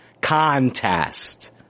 Contest